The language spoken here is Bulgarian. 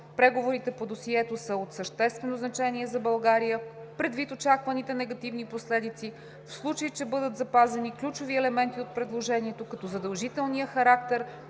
Преговорите по досието са от съществено значение за България, предвид очакваните негативни последици, в случай че бъдат запазени ключови елементи от предложението, като задължителния характер